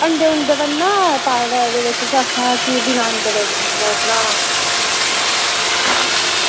अंडे नना पाये दे ओह्दे बिच ते बगैर अंडे दा बनाना